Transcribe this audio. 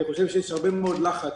אני חושב שיש הרבה מאוד לחץ